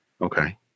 Okay